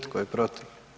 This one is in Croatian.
Tko je protiv?